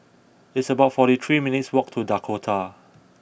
it's about forty three minutes' walk to Dakota